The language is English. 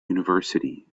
university